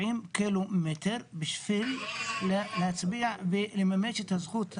קילומטר בשביל להצביע ולממש את הזכות הזאת.